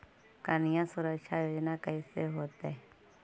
कन्या सुरक्षा योजना कैसे होतै?